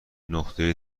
نقطه